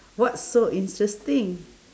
what's so interesting